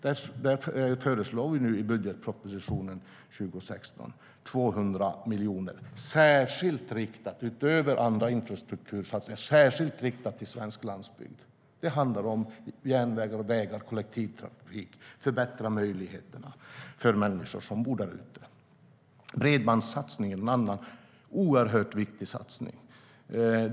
Därför föreslår vi nu, utöver andra infrastruktursatsningar, 200 miljoner i budgetpropositionen för 2015 särskilt riktade till svensk landsbygd. Det handlar om järnvägar, vägar och kollektivtrafik och om att förbättra möjligheterna för människor som bor där ute. Bredbandssatsningen är en annan oerhört viktig satsning.